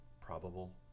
probable